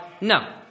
No